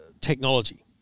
technology